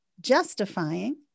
justifying